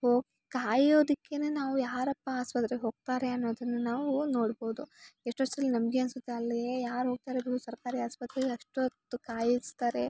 ಹೊ ಕಾಯೋದಿಕ್ಕೇನೆ ನಾವು ಯಾರಪ್ಪ ಆಸ್ಪತ್ರೆಗೆ ಹೋಗ್ತಾರೆ ಅನ್ನೋದನ್ನ ನಾವು ನೋಡ್ಬೋದು ಎಷ್ಟೋ ಸಲಿ ನಮಗೆ ಅನ್ಸುತ್ತೆ ಅಲ್ಲಿ ಯಾರು ಹೋಗ್ತಾರೆ ಗುರು ಸರ್ಕಾರಿ ಆಸ್ಪತ್ರೆ ಅಷ್ಟೊತ್ತು ಕಾಯಿಸ್ತಾರೆ